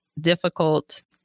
difficult